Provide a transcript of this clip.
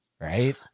right